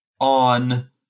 on